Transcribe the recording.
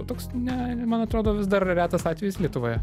toks ne man atrodo vis dar retas atvejis lietuvoje